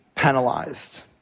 penalized